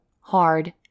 hard